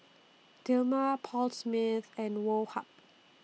Dilmah Paul Smith and Woh Hup